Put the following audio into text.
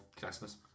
Christmas